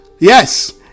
Yes